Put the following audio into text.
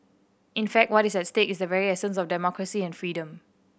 in fact what is at stake is the very essence of democracy and freedom